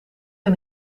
een